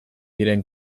diren